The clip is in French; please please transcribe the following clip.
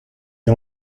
est